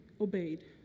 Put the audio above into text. obeyed